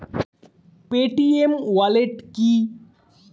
Paytm wallet কি?